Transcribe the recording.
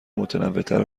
متنوعتر